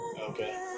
Okay